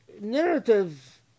narrative